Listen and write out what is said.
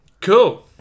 Cool